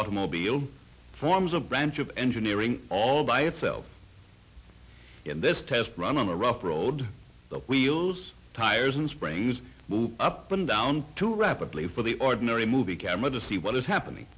automobile forms a branch of engineering all by itself in this test run on a rough road the wheels tires and spray used move up and down too rapidly for the ordinary movie camera to see what is happening